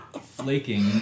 flaking